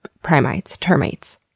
primites. termites.